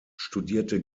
studierte